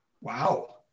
Wow